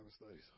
studies